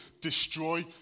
destroy